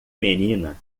menina